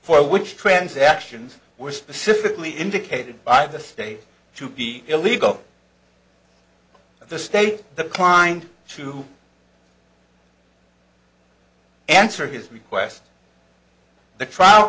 for which transactions were specifically indicated by the state to be illegal in the state the klein to answer his request the trial